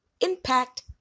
impact